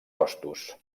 costos